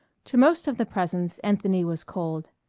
to most of the presents anthony was cold.